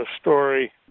story